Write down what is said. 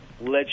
lets